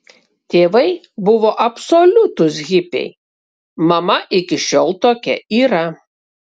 tėvai buvo absoliutūs hipiai mama iki šiol tokia yra